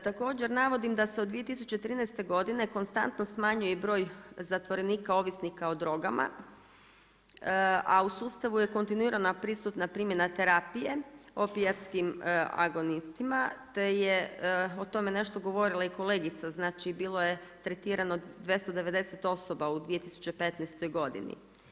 Također navodi da se od 2013. godine konstantno smanjuje i broj zatvorenika, ovisnika o drogama, a u sustavu je kontinuirana prisutna primjena terapije opijatskim agonistima te je o tome nešto govorila i kolegica, znači bilo je tretirano 298 osoba u 2015. godini.